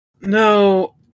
No